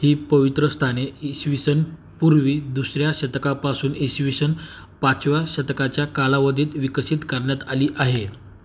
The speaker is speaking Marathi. ही पवित्र स्थाने ईसवीसनपूर्वी दुसऱ्या शतकापासून ईसवीसन पाचव्या शतकाच्या कालावधीत विकसित करण्यात आली आहे